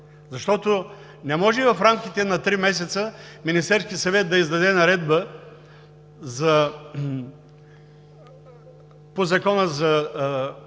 Защото не може в рамките на три месеца Министерският съвет да издаде наредба по Закона за